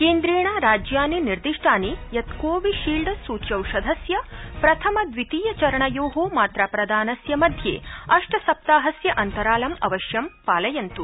केन्द्रेण राज्यानि निर्दिष्टानि यत् कोविशील्ड सूच्यौषधस्य प्रथम द्वितीय चरणयो मात्राप्रदानस्य मध्ये अष्ट सप्ताहस्य अन्तरालं अवश्यं पालयन्तु